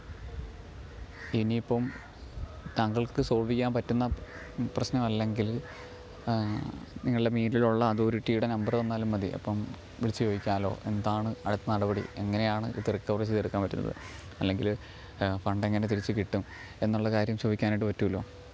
ഇനി ഇപ്പം താങ്കൾക്ക് സോൾവ് ചെയ്യാൻ പറ്റുന്ന പ്രശ്നം അല്ലെങ്കില് നിങ്ങൾടെ മുകളിലുള്ള അതോറിറ്റിയുടെ നമ്പറ് തന്നാലും മതി അപ്പം വിളിച്ച് ചോദിക്കാമല്ലൊ എന്താണ് അടുത്ത നടപടി എങ്ങനെയാണ് ഇത് റിക്കവറ് ചെയ്തെടുക്കാൻ പറ്റുന്നത് അല്ലെങ്കില് ഫണ്ട് എങ്ങനെ തിരിച്ച് കിട്ടും എന്നുള്ള കാര്യം ചോദിക്കാനായിട്ട് പറ്റുവല്ലോ